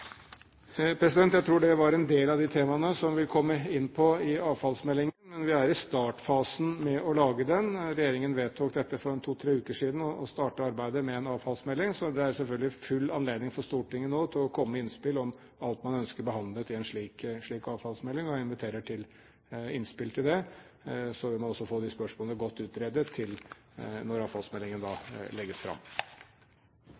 Jeg tror det var en del av de temaene som vi kommer inn på i avfallsmeldingen. Men vi er i startfasen med å lage den. Regjeringen vedtok for to–tre uker siden å starte arbeidet med en avfallsmelding, så det er selvfølgelig full anledning for Stortinget til å komme med innspill om alt man ønsker behandlet i en slik avfallsmelding. Jeg inviterer til innspill om det, så vil man få spørsmålene godt utredet til avfallsmeldingen